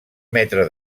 metre